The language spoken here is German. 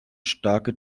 starke